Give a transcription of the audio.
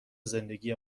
زندگی